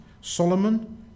Solomon